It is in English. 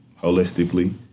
holistically